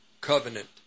covenant